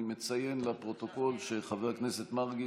אני מציין לפרוטוקול שחבר הכנסת מרגי